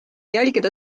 jälgida